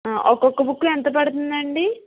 ఒక్కొక్క బుక్ ఎంత పడుతుంది అండి